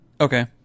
Okay